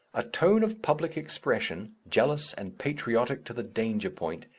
a tone of public expression, jealous and patriotic to the danger-point,